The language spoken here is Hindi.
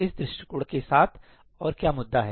इस दृष्टिकोण के साथ और क्या मुद्दा है